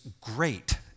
great